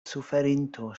suferinto